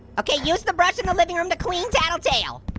okay, use the brush in the living room to clean tattletail.